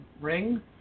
ring